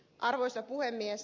arvoisa puhemies